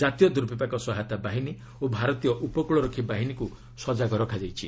କାତୀୟ ଦୁର୍ବିପାକ ସହାୟତା ବାହିନୀ ଓ ଭାରତୀୟ ଉପକୃଳ ରକ୍ଷୀ ବାହିନୀ ସଜାଗ ରଖାଯାଇଛି